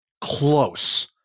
close